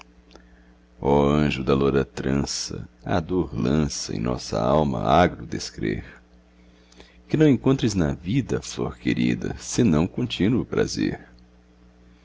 ó anjo da loura trança a dor lança em nossa alma agro descrer que não encontres na vida flor querida senão contínuo prazer